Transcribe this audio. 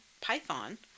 python